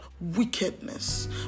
wickedness